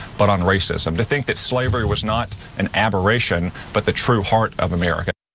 but on racism. to think that slavery was not an aberration, but the true heart of america.